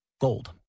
Gold